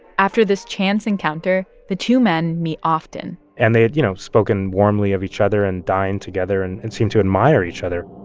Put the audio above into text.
after this chance encounter, the two men meet often and they had, you know, spoken warmly of each other and dined together and and seemed to admire each other